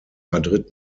madrid